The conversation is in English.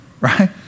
Right